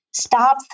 stop